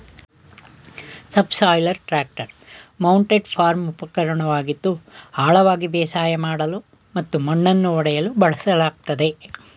subsoiler tractor mounted farm ಉಪಕರಣವಾಗಿದ್ದು ಆಳವಾಗಿ ಬೇಸಾಯ ಮಾಡಲು ಮತ್ತು ಮಣ್ಣನ್ನು ಒಡೆಯಲು ಬಳಸಲಾಗ್ತದೆ